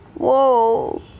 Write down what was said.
whoa